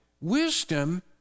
wisdom